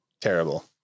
Terrible